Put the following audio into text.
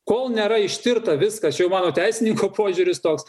kol nėra ištirta viska mano teisininko požiūris toks